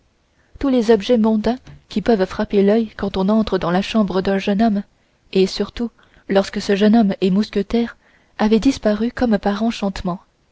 tous les objets mondains qui peuvent frapper l'oeil quand on entre dans la chambre d'un jeune homme et surtout lorsque ce jeune homme est mousquetaire avaient disparu comme par enchantement